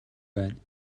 байна